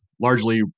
largely